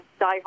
diehard